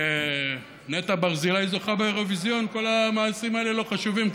כשנטע ברזילי זוכה באירוויזיון כל המעשים האלה לא חשובים,